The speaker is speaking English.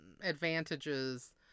advantages